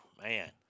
man